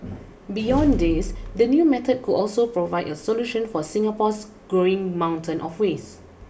beyond this the new method could also provide a solution for Singapore's growing mountain of waste